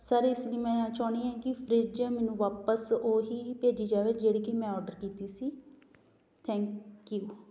sir ਇਸ ਲਈ ਮੈਂ ਚਾਹੁੰਦੀ ਹਾਂ ਕਿ ਫਰਿੱਜ ਮੈਨੂੰ ਵਾਪਿਸ ਅ ਹੀ ਭੇਜੀ ਜਾਵੇ ਜਿਹੜੀ ਕਿ ਮੈਂ ਆਰਡਰ ਕੀਤੀ ਸੀ ਥੈਂਕ ਯੂ